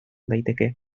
daiteke